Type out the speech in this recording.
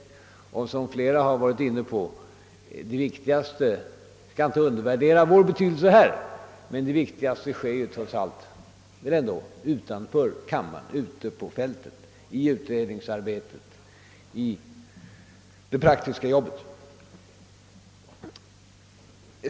Jag undervärderar inte vår betydelse här i riksdagen, men jag delar den uppfattning som flera talare redan här varit inne på, nämligen att det viktigaste ändå sker utanför kammaren, ute på fältet, i utredningsverksamheten och i det praktiska arbetet.